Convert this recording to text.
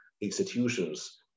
institutions